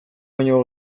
baino